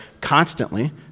constantly